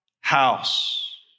house